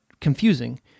confusing